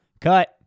Cut